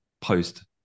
post